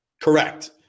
correct